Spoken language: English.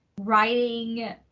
writing